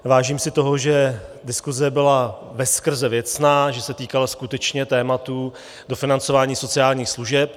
Vážím si toho, že diskuse byla veskrze věcná a že se týkala skutečně tématu dofinancování sociálních služeb.